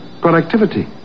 productivity